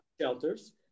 shelters